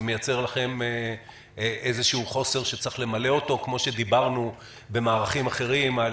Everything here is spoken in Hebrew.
זה מייצר להם חוסר שצריך למלא אותו כפי שדיברנו במערכים אחרים?